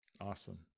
Awesome